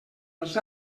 els